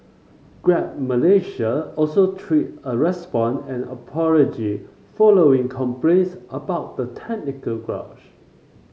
Grab Malaysia also tweeted a response and apology following complaints about the technical